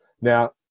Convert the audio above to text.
Now